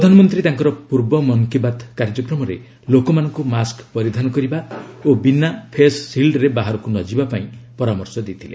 ପ୍ରଧାନମନ୍ତ୍ରୀ ତାଙ୍କର ପୂର୍ବ ମନ୍କି ବାତ୍ କାର୍ଯ୍ୟକ୍ରମରେ ଲୋକମାନଙ୍କୁ ମାସ୍କ୍ ପରିଧାନ କରିବା ଓ ବିନା ଫେସ୍ ସିଲ୍ଟୁରେ ବାହାରକୁ ନ ଯିବା ପାଇଁ ପରାମର୍ଶ ଦେଇଥିଲେ